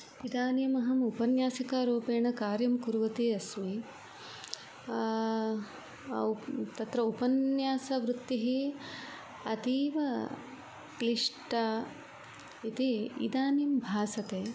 इदानीमहम् उपन्यासिका रूपेण कार्यं कुर्वती अस्मि तत्र उपन्यासवृत्तिः अतीव क्लिष्टा इति इदानीं भासते